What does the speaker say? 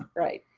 right.